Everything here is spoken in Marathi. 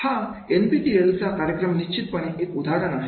हा एनपीटीईएल कार्यक्रम निश्चितपणे हे एक उदाहरण आहे